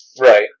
Right